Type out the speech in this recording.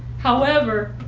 however,